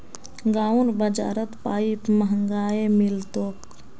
गांउर बाजारत पाईप महंगाये मिल तोक